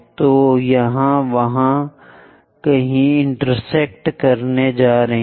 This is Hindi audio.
तो यह वहाँ कहीं इंटेरसेक्ट करने जा रहा है